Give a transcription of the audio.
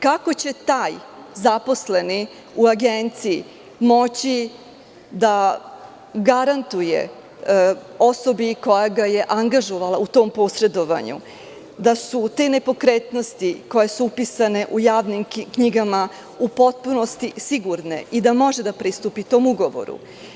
Kako će taj zaposleni u agenciji moći da garantuje osobi koja ga je angažovala u tom posredovanju da su te nepokretnosti koje su upisane u javnim knjigama u potpunosti sigurne i da može da pristupi tom ugovoru?